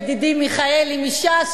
ידידי מיכאלי מש"ס,